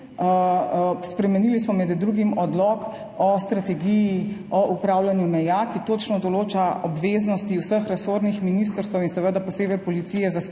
Spremenili smo, med drugim, odlok o strategiji upravljanja meja, ki točno določa obveznosti vseh resornih ministrstev in posebej policije za